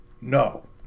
no